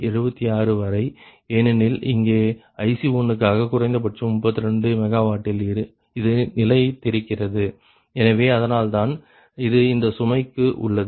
76 வரை ஏனெனில் இங்கே IC1 க்காக குறைந்தபட்சம் 32 MW இல் இது நிலைத்திருக்கிறது எனவே அதனால்தான் இது இந்த சுமைக்காக உள்ளது